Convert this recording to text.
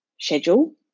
schedule